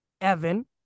evan